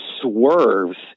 swerves